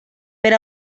per